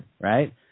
right